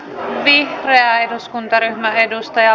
vihreä eduskuntaryhmä edustaja